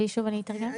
כן.